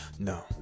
No